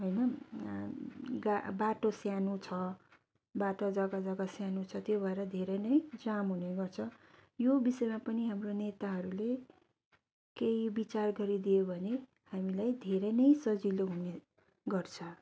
होइन बाटो सानो छ बाटो जग्गाजग्गा सानो छ त्यो भएर धेरै नै जाम हुने गर्छ यो विषयमा पनि हाम्रो नेताहरूले केही विचार गरिदियो भने हामीलाई धेरै नै सजिलो हुनेगर्छ